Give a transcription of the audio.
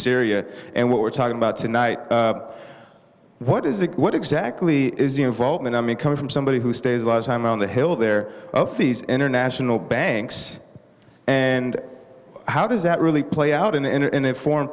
syria and what we're talking about tonight what is it what exactly is the involvement i mean coming from somebody who stays a lot of time on the hill there of these international banks and how does that really play out in the end in foreign